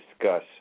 discuss